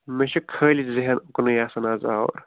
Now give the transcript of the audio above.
مےٚ چھِ خٲلی ذہن اُکنٕے آسان آز آوُر